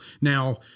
Now